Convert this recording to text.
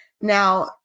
Now